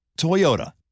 toyota